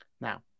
Now